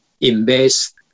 invest